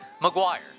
Maguire